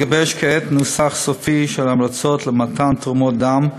משרד הבריאות מגבש כעת נוסח סופי של ההמלצות למתן תרומות דם,